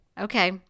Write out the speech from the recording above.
Okay